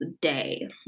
day